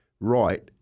right